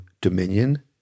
Dominion